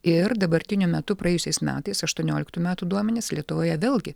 ir dabartiniu metu praėjusiais metais aštuonioliktų metų duomenys lietuvoje vėlgi